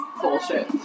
bullshit